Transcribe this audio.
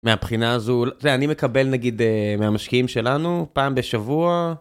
מהבחינה הזו אני מקבל נגיד מהמשקיעים שלנו פעם בשבוע.